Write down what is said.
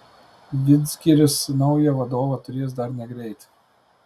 vidzgiris naują vadovą turės dar negreit